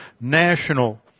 national